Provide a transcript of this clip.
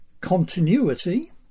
continuity